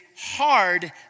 hard